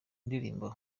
ndirimbo